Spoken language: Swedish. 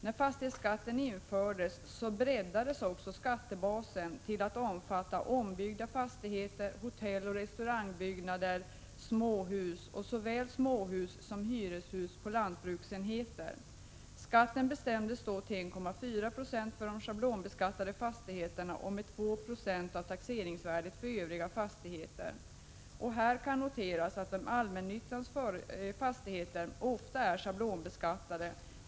När fastighetsskatten infördes breddades också skattebasen till att omfatta ombyggda fastigheter, hotelloch restaurangbyggnader, småhus och såväl småhus som hyreshus på lantbruksenheter. Skatten bestämdes till 1,4 92 för schablonbeskattade fastigheter och till 2 70 av taxeringsvärdet för övriga fastigheter. Här kan noteras att allmännyttans fastigheter ofta är schablonbeskattade.